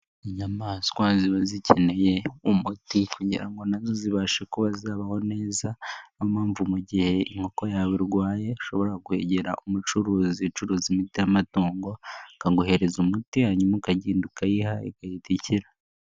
Inyamaswa ziba zikeneye umuti kugira ngo nazo zibashe kuba zabaho neza, niyo mpamvu mu gihe inkoko yawe irwaye ushobora kwegera umucuruzi ucuruza imiti y'amatongo akaguhereza umuti hanyuma ukagenda ukayiha ikayita ikira.